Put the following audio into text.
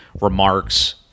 remarks